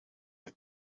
have